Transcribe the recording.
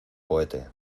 cohete